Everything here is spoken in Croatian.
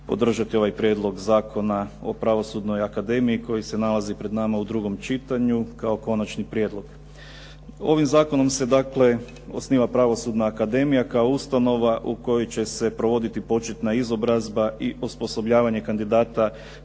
podržati ovaj prijedlog Zakona o pravosudnoj akademiji koji se pred nama nalazi u drugom čitanju, kao konačni prijedlog. Ovim zakonom se dakle osniva pravosudna akademija kao ustanova u kojoj će se provoditi početna izobrazba i osposobljavanje kandidata